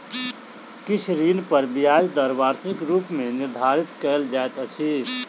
किछ ऋण पर ब्याज दर वार्षिक रूप मे निर्धारित कयल जाइत अछि